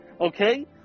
Okay